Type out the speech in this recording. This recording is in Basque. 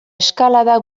eskalada